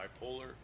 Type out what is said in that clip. bipolar